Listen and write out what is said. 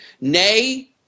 Nay